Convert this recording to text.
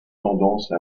tendance